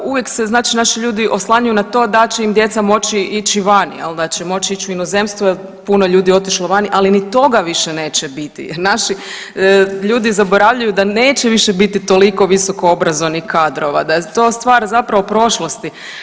Uvijek se znači naši ljudi oslanjaju na to da će im djeca moći ići vani, jel da će moći ići u inozemstvo jel puno ljudi je otišlo vani, ali ni toga više neće biti jer naši ljudi zaboravljaju da neće više biti toliko visoko obrazovanih kadrova, da je to stvar zapravo prošlosti.